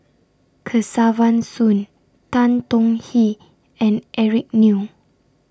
Kesavan Soon Tan Tong Hye and Eric Neo